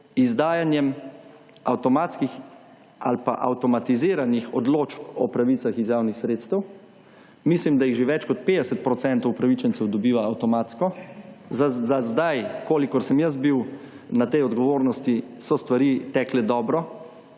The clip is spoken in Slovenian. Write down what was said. izdajanjem avtomatskih ali pa avtomatiziranih odločb o pravicah iz javnih sredstev. Mislim, da jih že več kot 50 % upravičencev dobiva avtomatsko. Za zdaj, kolikor sem jaz bil na tej odgovornosti so stvari tekle dobro